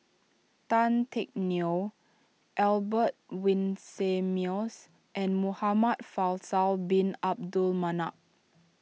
Tan Teck Neo Albert Winsemius and Muhamad Faisal Bin Abdul Manap